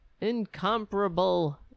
incomparable